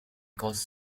cause